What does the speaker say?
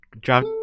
drop